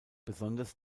besonders